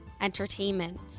Entertainment